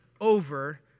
over